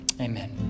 Amen